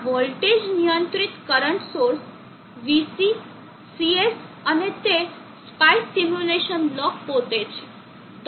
આ વોલ્ટેજ નિયંત્રિત current source VC Cs અને તે સ્પાઇસ સિમ્યુલેશન બ્લોક પોતે છે